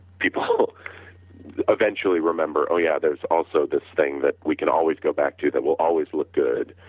people eventually remember oh yeah there is also this thing that we can always go back to that will always look good.